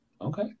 okay